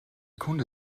kunde